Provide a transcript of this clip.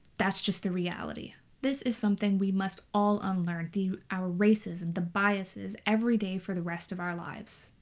that's just the reality. this is something we must all unlearn, the our racism, the biases, every day for the rest of our lives.